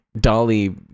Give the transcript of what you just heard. dolly